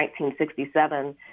1967